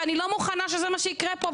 ואני לא מוכנה שזה מה שיקרה פה,